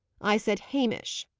i said hamish.